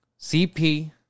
CP